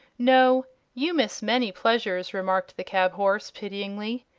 no you miss many pleasures, remarked the cab-horse, pityingly.